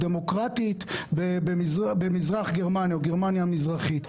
דמוקרטית בגרמניה המזרחית.